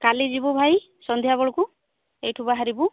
କାଲି ଯିବୁ ଭାଇ ସନ୍ଧ୍ୟାବେଳକୁ ଏଇଠୁ ବାହାରିବୁ